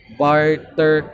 barter